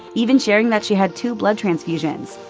even sharing that she had two blood transfusions.